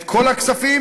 את כל הכספים,